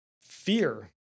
Fear